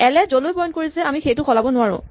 L এ য'লৈ point কৰিছে আমি সেইটো সলাব নোৱাৰো